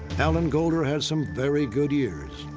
alan golder had some very good years.